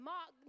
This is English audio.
Mark